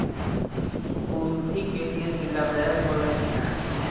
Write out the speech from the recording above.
कुलथी के खेती लाभदायक होला कि न?